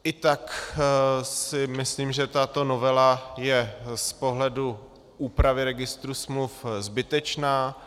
I tak si myslím, že tato novela je z pohledu úpravy registru smluv zbytečná.